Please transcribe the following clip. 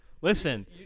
Listen